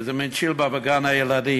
איזה מין צ'ילבה בגן-הילדים,